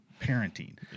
parenting